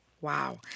Wow